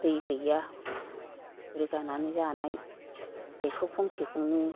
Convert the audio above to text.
दै गैया रोगानानै जानाय दैखर गंसेखौनो